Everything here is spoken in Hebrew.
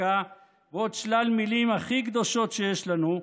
צדקה ועוד שלל מילים הכי קדושות שיש לנו,